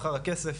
הר הכסף,